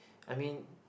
I mean